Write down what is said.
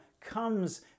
comes